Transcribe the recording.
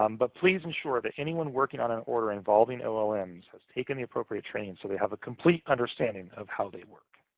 um but please ensure that anyone working on an order involving olm's has taken the appropriate training so they have a complete understanding of how they work.